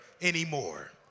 anymore